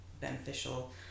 beneficial